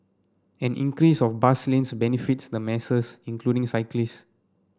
an increase of bus lanes benefits the masses including cyclist